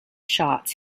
shots